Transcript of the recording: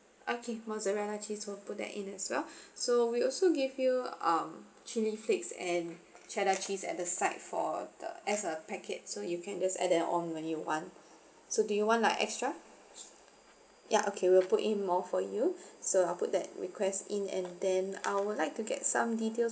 okay mozzarella cheese will put that in as well so we also give you um chilli flakes and cheddar cheese at the sides for the as a packet so you can just add that on when you want so do you want like extra ya okay will put in more for you so I'll put that request in and then I would like to get some details